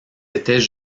étaient